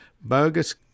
bogus